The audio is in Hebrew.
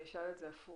אני אשאל את זה הפוך.